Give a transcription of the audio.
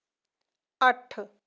ਅੱਠ